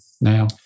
now